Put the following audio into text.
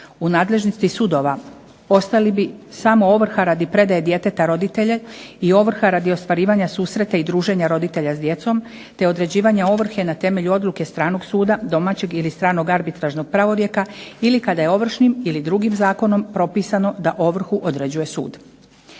U nadležnosti sudova ostali bi samo ovrha radi predaje djeteta roditelje, i ovrha radi ostvarivanja susreta i druženja roditelja s djecom, te određivanja ovrhe na temelju odluke stranog suda, domaćeg ili stranog arbitražnog pravorijeka, ili kada je ovršnim ili drugim zakonom propisano da ovrhu određuje sud.